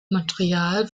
material